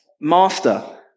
master